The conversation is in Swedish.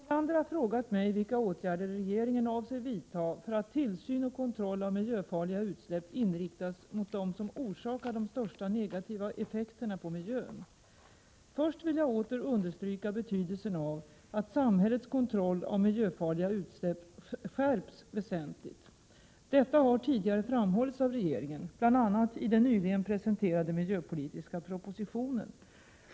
Herr talman! Ulla Tillander har frågat mig vilka åtgärder regeringen avser vidta för att tillsyn och kontroll av miljöfarliga utsläpp inriktas mot dem som orsakar de största negativa effekterna på miljön. Först vill jag åter understryka betydelsen av att samhällets kontroll av miljöfarliga utsläpp skärps väsentligt. Detta har tidigare framhållits av regeringen, bl.a. i den nyligen presenterade miljöpolitiska propositionen.